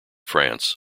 france